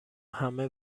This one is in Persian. همه